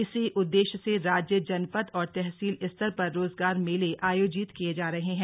इसी उद्देश्य से राज्य जनपद और तहसील स्तर पर रोजगार मेले आयोजित किये जा रहे हैं